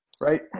right